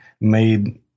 made